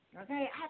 Okay